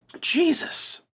Jesus